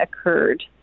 occurred